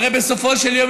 הרי בסופו של יום,